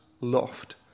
loft